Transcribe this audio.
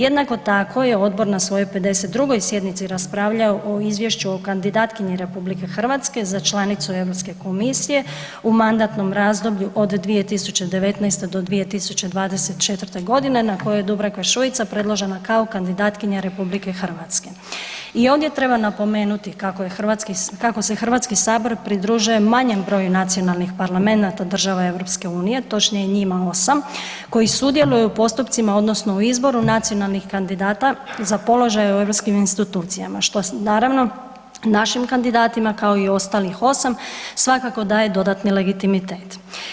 Jednako tako je Odbor na svojoj 52. sjednici raspravljao o Izvješću o kandidatkinji RH za članicu EU komisije u mandatnom razdoblju od 2019.-2024. g. na kojoj je Dubravka Šuica predložena kao kandidatkinja RH i ovdje treba napomenuti kako se HS pridružuje manjem broju nacionalnih parlamenata država EU, točnije njima 8 koji sudjeluju u postupcima odnosno u izboru nacionalnih kandidata za položaj u EU institucijama, što naravno, našim kandidatima kao i ostalih 8, svakako daje dodatni legitimitet.